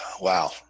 wow